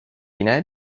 jiné